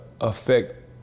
affect